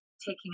taking